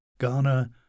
Ghana